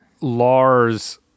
Lars